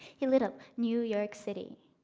he lit up new york city.